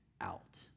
out